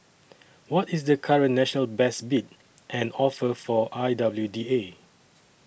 what is the current national best bid and offer for I W D A